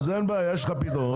אין בעיה, יש לך פתרון.